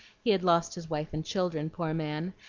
he'd lost his wife and children, poor man,